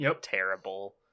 terrible